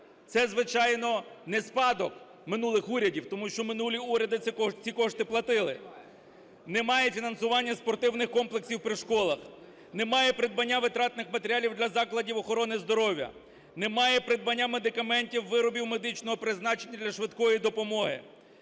це, звичайно, не спадок минулих урядів, тому що минулі уряди ці кошти платили. Немає фінансування спортивних комплексів при школах, немає придбання витратних матеріалів для закладів охорони здоров'я, немає придбання медикаментів, виробів медичного призначення для швидкої допомоги,